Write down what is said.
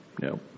No